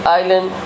island